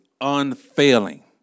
unfailing